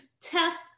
test